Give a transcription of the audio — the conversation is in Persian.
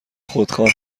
خودخواه